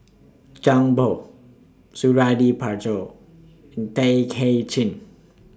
Zhang Bohe Suradi Parjo Tay Kay Chin